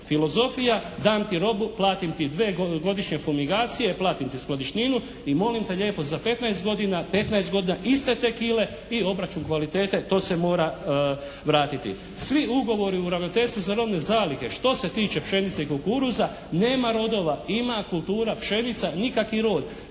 Filozofija dam ti robu platim ti dve godišnje fumigacije, platim ti skladištinu i molim te lijepo za 15 godina, 15 godina iste te kile i obračun kvalitete to se mora vratiti. Svi ugovori u Ravnateljstvu za robne zalihe što se tiče pšenice i kukuruza nema rodova. Ima kultura pšenica nikakvi rod.